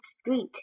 street